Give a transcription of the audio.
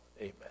Amen